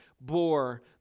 bore